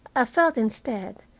i felt, instead,